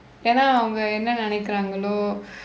ஏனா அவங்க என்ன நினைக்கிறார்களோ:aenaa avangka enna ninaikkiraangkalo